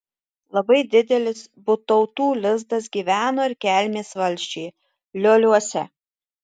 labai didelis butautų lizdas gyveno ir kelmės valsčiuje lioliuose